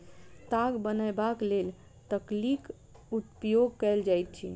ताग बनयबाक लेल तकलीक उपयोग कयल जाइत अछि